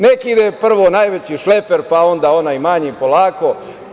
Neka ide prvo najveći šleper, pa onda onaj manji polako.